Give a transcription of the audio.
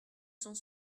cent